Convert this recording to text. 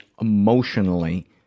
emotionally